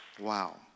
Wow